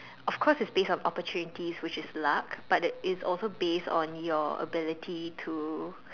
of course is based on opportunity which is luck but then is also based on your ability to